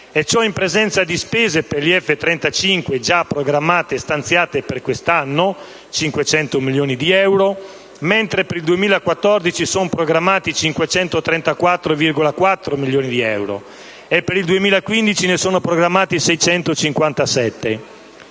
Ciò in presenza di spese per gli F-35 già programmate e stanziate per quest'anno (500 milioni di euro), mentre per il 2014 sono programmati 534,4 milioni di euro e per il 2015 ne sono programmati 657.